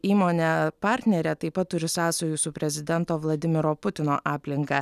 įmonė partnerė taip pat turi sąsajų su prezidento vladimiro putino aplinka